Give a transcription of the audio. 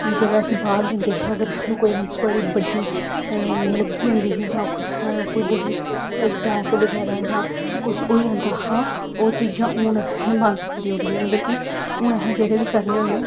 जेल्लै असी बाह्र जंदे हे अगर सानूं कोई बड़ी बड्डी लग्गी जंदी ही जां कुछ कोई बड़ी कोई टैक बगैरा जां कुछ होई जंदा हा ओह् चीजां हून बंद करी ओड़ी दियां मतलब कि हून अहें जेह्ड़े बी करने होन्नें